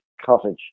Cottage